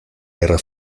guerra